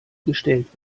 gestellt